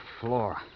floor